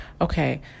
okay